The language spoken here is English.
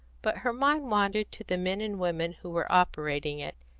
but her mind wandered to the men and women who were operating it,